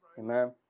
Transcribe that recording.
Amen